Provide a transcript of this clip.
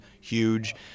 huge